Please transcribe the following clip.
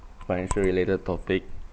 financial related topic